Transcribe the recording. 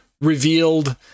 revealed